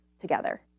together